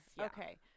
Okay